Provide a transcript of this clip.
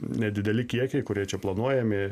nedideli kiekiai kurie čia planuojami